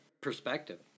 perspective